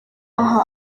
aha